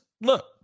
look